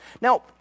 Now